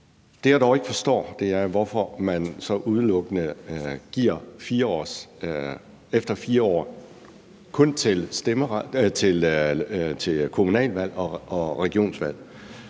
Det, jeg dog ikke forstår, er, hvorfor det så udelukkende er til kommunalvalg og regionsvalg,